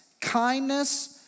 kindness